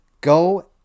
go